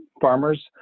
farmers